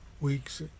weeks